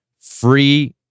free